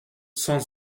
cent